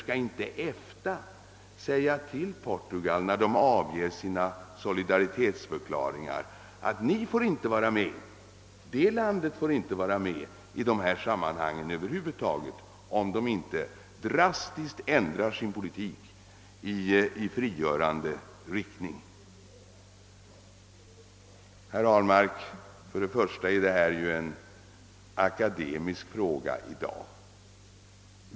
Skall inte EFTA, när man avger sina solidaritetsförklaringar, säga ifrån att Portugal över huvud taget inte får vara med i sammanhanget om inte landet drastiskt ändrar sin politik i frigörande riktning? Herr Ahlmark! Detta är i dag en akademisk frågeställning.